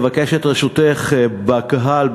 אבקש את רשותך: בקהל,